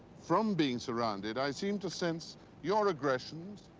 from being surrounded, i seem to sense your agressions.